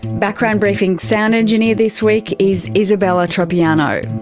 background briefing's sound engineer this week is isabella tropiano,